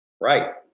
Right